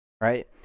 right